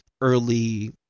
early